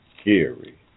scary